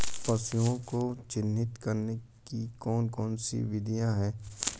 पशुओं को चिन्हित करने की कौन कौन सी विधियां हैं?